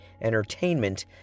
entertainment